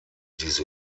diese